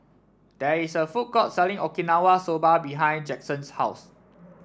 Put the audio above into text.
there is a food court selling Okinawa Soba behind Jackson's house